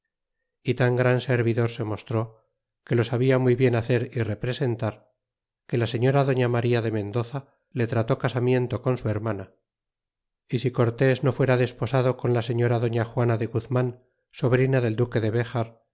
y tan gran servidor se mostró que lo sabia muy bien hacer y representar que la señora doña maría de mendoza le trató casamiento con su hermana y si cortés no fuera desposado con la señora doña juana de guzman sobrina del duque de bejar